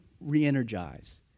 re-energize